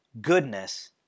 goodness